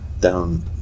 down